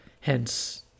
Hence